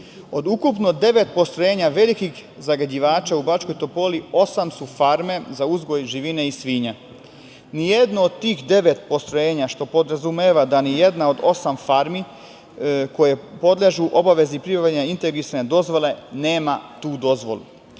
Od ukupno devet postrojenja velikih zagađivača u Bačkoj Topoli osam su farme za uzgoj živine i svinja. Ni jedno od tih devet postrojenja, što podrazumeva da ni jedna od osam farmi koje podležu obavezi pribavljanja integrisane dozvole nema tu dozvolu. Farme